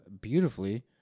beautifully